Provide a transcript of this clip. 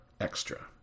extra